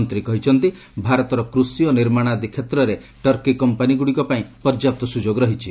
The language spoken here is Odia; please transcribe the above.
ମନ୍ତ୍ରୀ କହିଛନ୍ତି ଭାରତର କୃଷି ଓ ନିର୍ମାଣ ଆଦି କ୍ଷେତ୍ରରେ ଟର୍କୀ କମ୍ପାନୀଗୁଡ଼ିକୁ ପାଇଁ ପର୍ଯ୍ୟାପ୍ତ ସୁଯୋଗ ରହିଛି